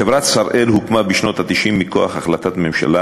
חברת "שראל" הוקמה בשנות ה-90 מכוח החלטת ממשלה.